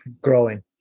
Growing